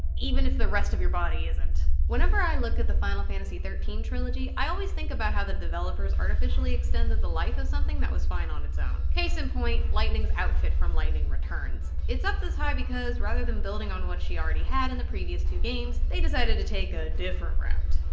even if the rest of your body isn't. whenever i look at the final fantasy thirteen trilogy, i always think about how the developers artificially the the life of something that was fine on its own. case in point lightning's outfit from lightning returns. it's up this high because, rather than building on what she already had in the previous two games, they decided to take a different route.